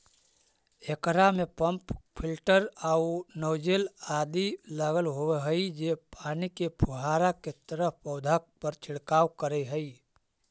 एकरा में pump filter आउ नॉजिल आदि लगल होवऽ हई जे पानी के फुहारा के तरह पौधा पर छिड़काव करऽ हइ